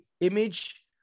image